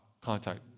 contact